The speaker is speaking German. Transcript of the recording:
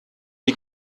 die